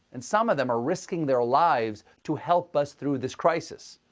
and some of them are risking their lives to help us through this crisis.